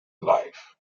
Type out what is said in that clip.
life